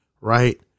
right